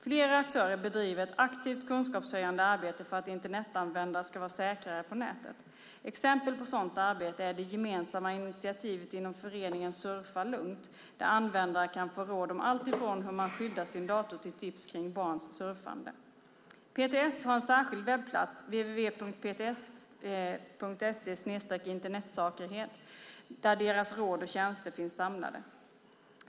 Flera aktörer bedriver ett aktivt kunskapshöjande arbete för att Internetanvändare ska vara säkrare på nätet. Exempel på sådant arbete är det gemensamma initiativet inom föreningen Surfa lugnt där användare kan få råd om alltifrån hur man skyddar sin dator till tips kring barns surfande. PTS har en särskild webbplats, www.pts.se/internetsakerhet, där deras råd och tjänster finns samlade.